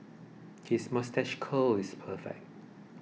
his moustache curl is perfect